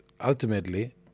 ultimately